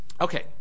Okay